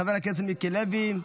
חבר הכנסת מיקי לוי,